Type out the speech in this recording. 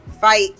fight